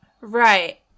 Right